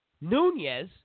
Nunez